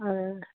अ